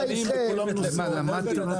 קודם כל, מעולם לא בוטל.